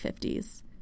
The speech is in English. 50s